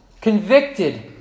convicted